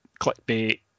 clickbait